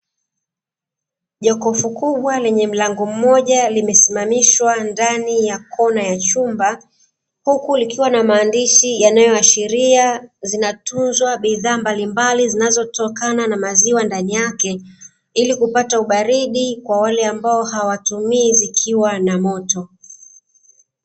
Jokofu kubwa lenye mlango mmoja limesimamishwa ndani ya kona ya chumba, huku likiwa na maandishi yanayoashiria zinatunzwa bidhaa mbalimbali zinazotokana na maziwa ndani yake, ili kupata ubaridi kwa wale ambao hawatumii zikiwa na moto.